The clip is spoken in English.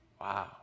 Wow